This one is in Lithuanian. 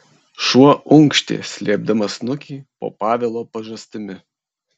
šuo unkštė slėpdamas snukį po pavelo pažastimi